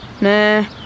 Nah